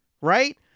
Right